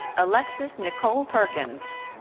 alexis nicole perkins.